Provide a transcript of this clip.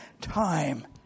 time